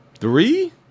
Three